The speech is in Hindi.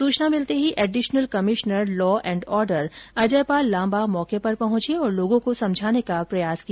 सूचना मिलते ही additional commissioner law and order Ajaypal Lamba मौके पर पहुंचे और लोगो को समझाने का प्रयास किया